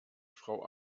frau